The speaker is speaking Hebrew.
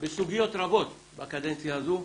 בסוגיות רבות בקדנציה הזו,